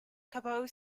cabot